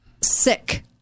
sick